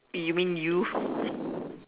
you mean you